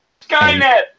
Skynet